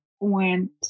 went